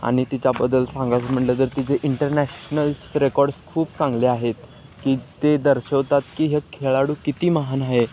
आणि तिच्याबद्दल सांगायचं म्हणलं तर तिचे इंटरनॅशनल्स रेकॉर्ड्स खूप चांगले आहेत की ते दर्शवतात की हे खेळाडू किती महान आहे